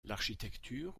l’architecture